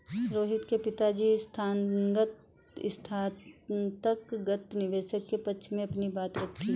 रोहित के पिताजी संस्थागत निवेशक के पक्ष में अपनी बात रखी